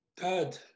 Dad